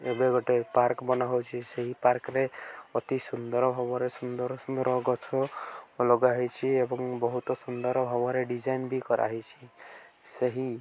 ଏବେ ଗୋଟେ ପାର୍କ୍ ବନା ହେଉଛି ସେହି ପାର୍କ୍ରେ ଅତି ସୁନ୍ଦର ଭାବରେ ସୁନ୍ଦର ସୁନ୍ଦର ଗଛ ଲଗାହେଇଛିି ଏବଂ ବହୁତ ସୁନ୍ଦର ଭାବରେ ଡିଜାଇନ୍ ବି କରାହେଇଛିି ସେହି